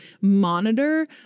monitor